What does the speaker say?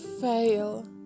fail